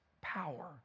power